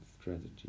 strategy